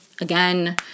Again